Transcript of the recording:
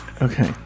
Okay